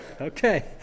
Okay